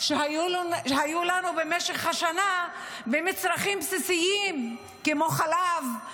שהיו לנו במשך השנה במצרכים בסיסיים כמו חלב,